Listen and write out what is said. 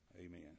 Amen